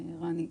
רני,